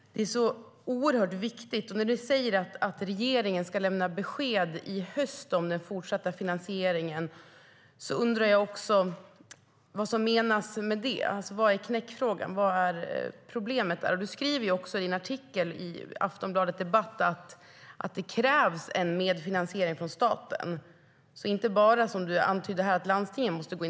Det här är oerhört viktigt, och när du säger att regeringen ska lämna besked i höst om den fortsatta finansieringen undrar jag vad som menas med det. Vad är knäckfrågan? Vad är problemet? Du skriver också i din artikel på Aftonbladet Debatt att det krävs en medfinansiering från staten. Det är alltså inte bara som du antydde här, nämligen att landstingen måste gå in.